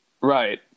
Right